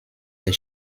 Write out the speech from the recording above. der